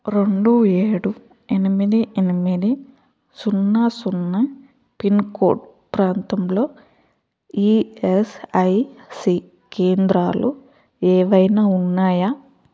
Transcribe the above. రెండు ఏడు ఎనిమిది ఎనిమిది సున్నా సున్నా పిన్ కోడ్ ప్రాంతంలో ఈఎస్ఐసి కేంద్రాలు ఏవైనా ఉన్నాయా